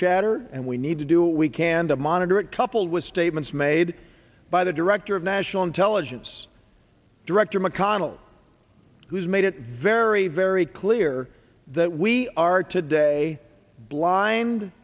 chatter and we need to do we can to monitor it coupled with statements made by the director of national intelligence director mcconnell who's made it very very clear that we are today blind